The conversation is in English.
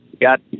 Got